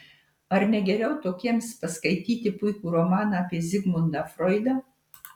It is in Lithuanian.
ar ne geriau tokiems paskaityti puikų romaną apie zigmundą froidą